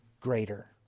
greater